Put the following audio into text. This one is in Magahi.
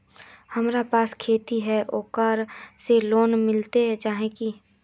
हमरा पास खेती है ओकरा से लोन मिलबे जाए की?